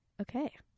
okay